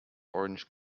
orange